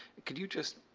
could you just